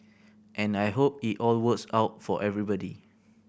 and I hope it all works out for everybody